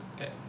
Okay